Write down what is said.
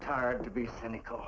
tired to be cynical